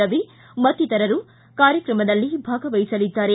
ರವಿ ಮತ್ತಿತರರು ಕಾರ್ಯಕ್ರಮದಲ್ಲಿ ಭಾಗವಹಿಸಲಿದ್ದಾರೆ